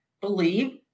believe